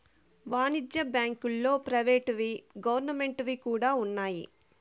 వాణిజ్య బ్యాంకుల్లో ప్రైవేట్ వి గవర్నమెంట్ వి కూడా ఉన్నాయి